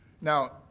Now